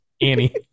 Annie